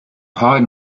hide